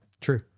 True